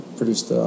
produced